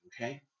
Okay